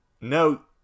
No